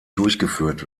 durchgeführt